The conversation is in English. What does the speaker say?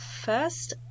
first